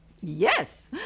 yes